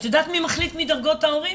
את יודעת מי מחליט מה דרגות ההורים?